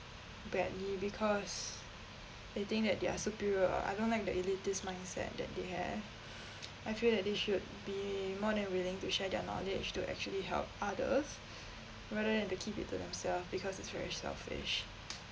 badly because they think that they're superior ah I don't like the elitist mindset that they have I feel that they should be more than willing to share their knowledge to actually help others rather than to keep it to themselves because it's very selfish